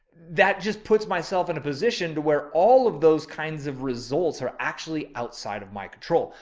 that just puts myself in a position to where all of those kinds of results are actually outside of my control.